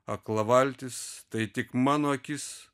akla valtis tai tik mano akis